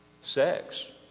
Sex